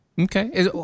Okay